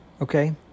okay